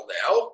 now